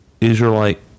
Israelite